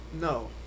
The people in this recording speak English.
No